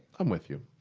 i'm with you.